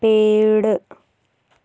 पेड़